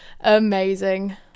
Amazing